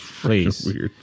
Please